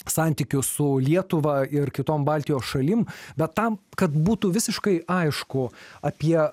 santykius su lietuva ir kitom baltijos šalim bet tam kad būtų visiškai aišku apie